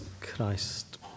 Christ